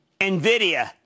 NVIDIA